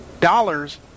dollars